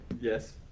Yes